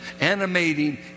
animating